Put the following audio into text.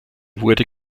wurde